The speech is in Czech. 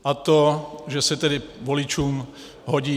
A to, že se tedy voličům hodí.